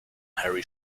harry